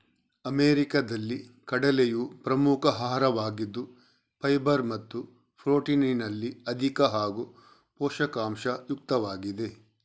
ಅಮೆರಿಕಾದಲ್ಲಿ ಕಡಲೆಯು ಪ್ರಮುಖ ಆಹಾರವಾಗಿದ್ದು ಫೈಬರ್ ಮತ್ತು ಪ್ರೊಟೀನಿನಲ್ಲಿ ಅಧಿಕ ಹಾಗೂ ಪೋಷಕಾಂಶ ಯುಕ್ತವಾಗಿದೆ